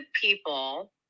people